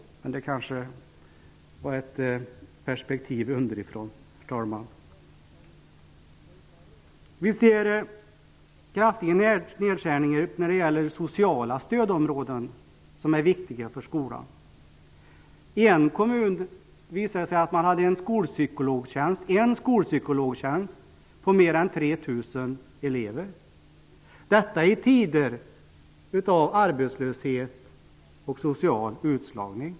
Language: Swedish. Men, herr talman, det är kanske så att säga ett perspektiv underifrån. Vi ser kraftiga nedskärningar när det gäller sociala stödområden som är viktiga för skolan. I en kommun finns det t.ex. en skolpsykologtjänst för mer än 3 000 elever -- detta i tider av arbetslöshet och social utslagning.